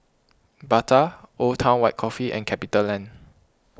Bata Old Town White Coffee and CapitaLand